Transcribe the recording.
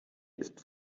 ist